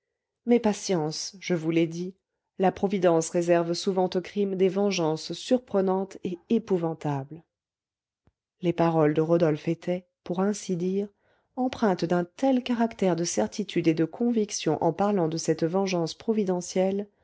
mais patience je vous l'ai dit la providence réserve souvent au crime des vengeances surprenantes et épouvantables les paroles de rodolphe étaient pour ainsi dire empreintes d'un tel caractère de certitude et de conviction en parlant de cette vengeance providentielle